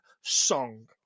song